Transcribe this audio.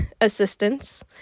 assistance